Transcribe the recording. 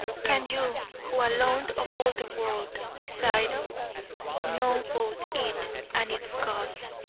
can you, who alone of all the world beside know both it and its cause,